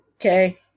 okay